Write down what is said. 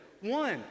One